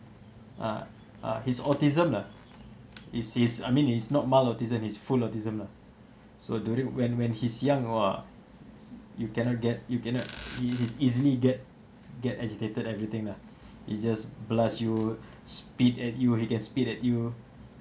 ah ah his autism lah it sees I mean it's not mild autism is full autism lah so during when when he's young !wah! you cannot get you cannot he is easily get get agitated everything lah he just blast you spit at you he can spit at you